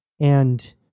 and